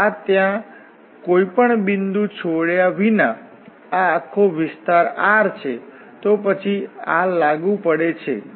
આ ત્યાં કોઈ પણ બિંદુ છોડ્યા વિના આ આખો વિસ્તાર R છે તો પછી આ લાગુ પડે છે